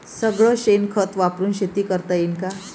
सगळं शेन खत वापरुन शेती करता येईन का?